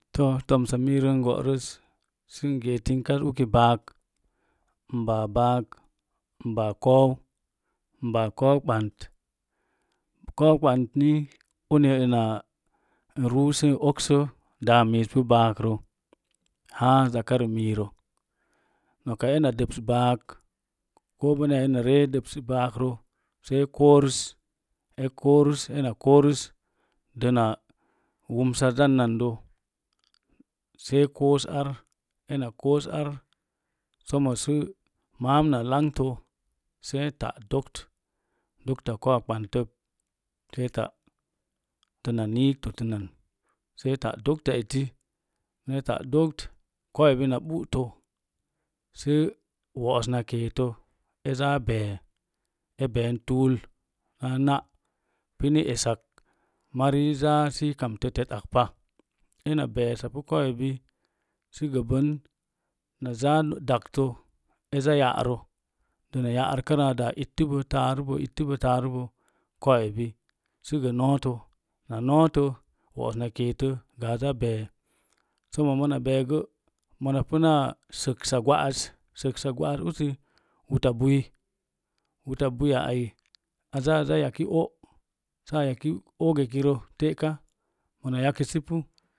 Samiirə n go'rəs sən gee tinkai usi baak m babaak m baa kou ɓant kou ɓant ni ina uni n ru sə n okso daa miiz pu baakrə haa zakarə miirə noka ena dobs baak ko bəna ya ena ree dobsək baakrə se e korəs ena korəs dəna wumsa zan nandə see koos ar ena koos ar sommo səmam na langto see ta' dokt dokta kowa ɓantət see ta’ dəna niig totənan see ta’ dokta eti eta’ dokt kouwebi na ɓutə sə woos na keetə e zaa bee e been tuul na na’ puni esak mari zaa sə i kamta tetak pa ena beesapau koobi sə gə bən na zaa na daktə e zaa ya'rə daa ittibo taarubo səna nootə wo'os na keto daa zaa bee sommo̱ mona beegə mona punaa səgsa gwa'as uti wuta buiya ai aza aza yako o’ oga ekaro te'ka